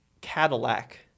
Cadillac